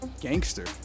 Gangster